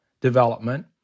development